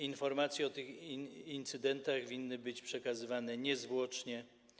Informacje o tych incydentach winny być przekazywane niezwłocznie.